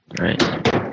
Right